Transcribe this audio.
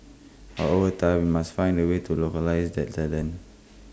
but over time we must find the ways to localise that talent